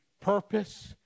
purpose